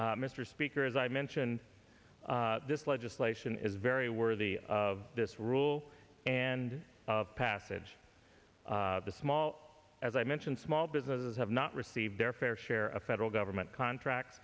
mr speaker as i mentioned this legislation is very worthy of this rule and passage the small as i mentioned small businesses have not received their fair share of federal government contracts